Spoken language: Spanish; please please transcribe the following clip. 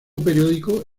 periódico